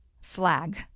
flag